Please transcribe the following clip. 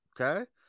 Okay